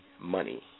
money